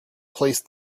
place